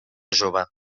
jove